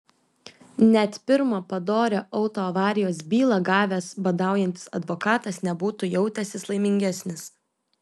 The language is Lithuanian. net pirmą padorią autoavarijos bylą gavęs badaujantis advokatas nebūtų jautęsis laimingesnis